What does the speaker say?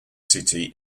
city